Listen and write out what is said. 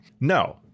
No